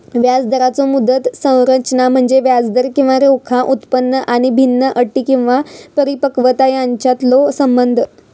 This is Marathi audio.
व्याजदराचो मुदत संरचना म्हणजे व्याजदर किंवा रोखा उत्पन्न आणि भिन्न अटी किंवा परिपक्वता यांच्यातलो संबंध